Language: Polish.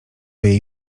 jej